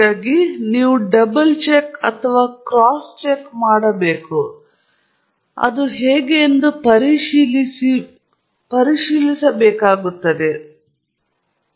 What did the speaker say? ಆದ್ದರಿಂದ ನೀವು ಯಾವಾಗ ಡಬಲ್ ಚೆಕ್ ಅಥವಾ ಕ್ರಾಸ್ ಮಾಪನವನ್ನು ಮಾಡುತ್ತೀರಿ ಮತ್ತು ಹೇಗೆ ಪರಿಶೀಲಿಸಿ ನೀವು ಅದನ್ನು ಮಾಡುತ್ತಿದ್ದೀರಿ